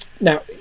Now